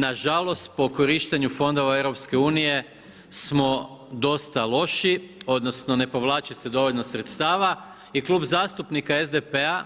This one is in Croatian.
Nažalost, po korištenju fondova EU smo dosta loši, odnosno ne povlači se dovoljno sredstava i klub zastupnika SDP-a,